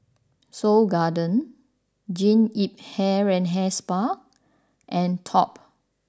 Seoul Garden Jean Yip Hair and Hair Spa and Top